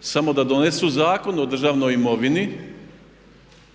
samo da donesu Zakon o državnoj imovini